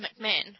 McMahon